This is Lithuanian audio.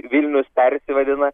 vilnius persivadina